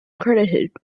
credited